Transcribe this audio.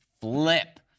flip